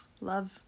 love